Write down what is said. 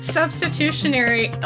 substitutionary